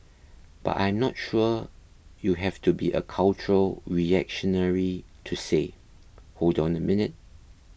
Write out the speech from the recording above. but I am not sure you have to be a cultural reactionary to say hold on a minute